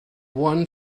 one